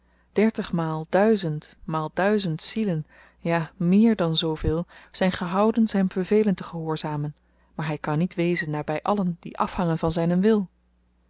dertig maal duizend maal duizend zielen ja meer dan zooveel zyn gehouden zyn bevelen te gehoorzamen maar hy kan niet wezen naby allen die afhangen van zynen wil